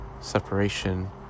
separation